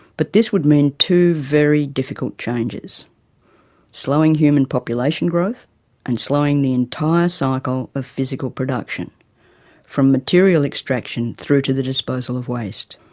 but this would mean two very difficult changes slowing human population growth and slowing the entire cycle of physical production from material extraction through to the disposal of waste.